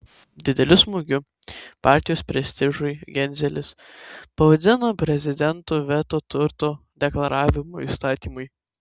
dideliu smūgiu partijos prestižui genzelis pavadino prezidento veto turto deklaravimo įstatymui